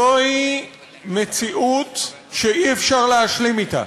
זוהי מציאות שאי-אפשר להשלים אתה: